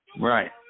Right